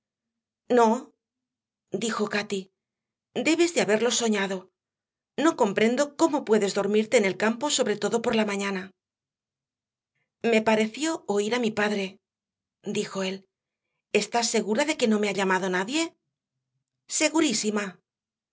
su nombre no dijo cati debes de haberlo soñado no comprendo cómo puedes dormirte en el campo sobre todo por la mañana me pareció oír a mi padre dijo él estás segura de que no me ha llamado nadie segurísima